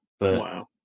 Wow